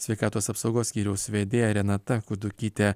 sveikatos apsaugos skyriaus vedėja renata kudukytė